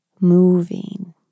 moving